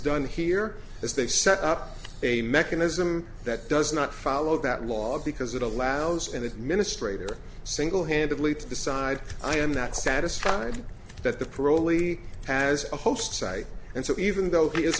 done here is they've set up a mechanism that does not follow that law because it allows an administrator singlehandedly to decide i am not satisfied that the parolee has a host site and so even though he is